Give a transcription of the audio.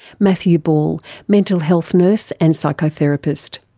matthew ball, mental health nurse and psychotherapist